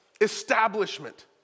establishment